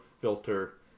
filter